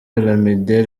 olomide